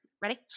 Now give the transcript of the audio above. Ready